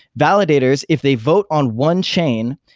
validators, if they vote on one chain,